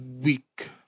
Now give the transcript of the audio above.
week